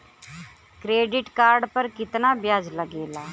Credit card पर कितना ब्याज लगेला?